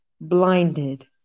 blinded